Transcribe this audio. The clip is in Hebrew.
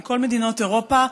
מכל מדינות אירופה.